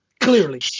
clearly